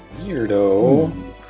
Weirdo